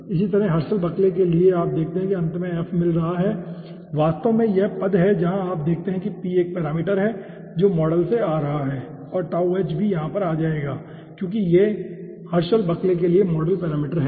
इसी तरह Herschel Bulkley के लिए आप देखते हैं कि अंत में f मिल रहा है वास्तव में यह पद है जहां आप देखते हैं कि p एक पैरामीटर है जो मॉडल से आ रहा है और भी यहां पर आ जाएगा क्योंकि ये हर्शल बकले के लिए मोडल पैरामीटर हैं